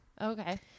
okay